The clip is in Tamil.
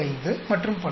925 மற்றும் பல